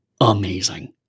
amazing